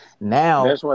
Now